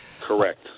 Correct